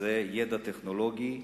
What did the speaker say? זה ידע טכנולוגי.